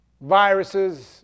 viruses